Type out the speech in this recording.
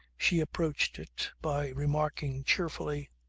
she approached it by remarking cheerfully